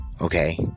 okay